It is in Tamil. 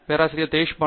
பேராசிரியர் அபிஜித் பி